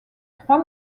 trois